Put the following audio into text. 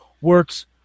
works